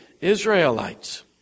Israelites